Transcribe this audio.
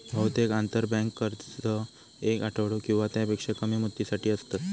बहुतेक आंतरबँक कर्ज येक आठवडो किंवा त्यापेक्षा कमी मुदतीसाठी असतत